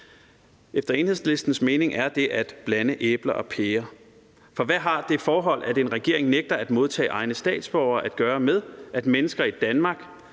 Efter Enhedslistens mening er det at blande æbler og pærer, for hvad har det forhold, at en regering nægter at modtage egne statsborgere, at gøre med, at mennesker i Danmark,